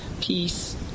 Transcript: peace